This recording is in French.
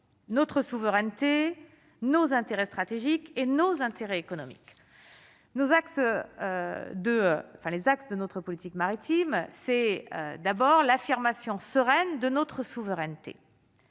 notre souveraineté, nos intérêts stratégiques et nos intérêts économiques, nos axes de enfin, les axes de notre politique maritime, c'est d'abord l'affirmation sereine de notre souveraineté,